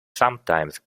sometimes